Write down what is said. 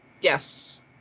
Yes